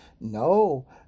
No